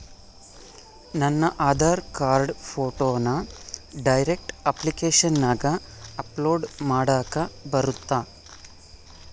ನನ್ನ ಆಧಾರ್ ಕಾರ್ಡ್ ಫೋಟೋನ ಡೈರೆಕ್ಟ್ ಅಪ್ಲಿಕೇಶನಗ ಅಪ್ಲೋಡ್ ಮಾಡಾಕ ಬರುತ್ತಾ?